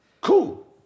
Cool